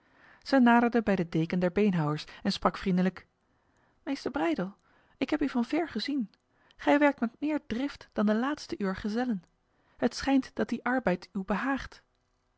zij naderde bij de deken der beenhouwers en sprak vriendelijk meester breydel ik heb u van ver gezien gij werkt met meer drift dan de laatste uwer gezellen het schijnt dat die arbeid u behaagt